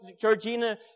Georgina